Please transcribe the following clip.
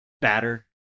batter